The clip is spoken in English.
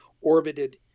orbited